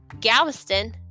Galveston